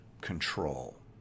control